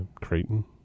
Creighton